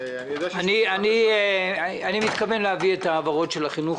אני מתכוון להביא את ההעברות של החינוך